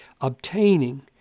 obtaining